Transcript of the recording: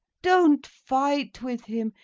don't fight with him.